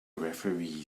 referee